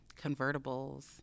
convertibles